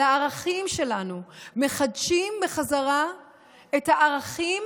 על הערכים שלנו, מחדשים בחזרה את הערכים